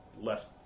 left